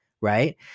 right